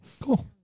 Cool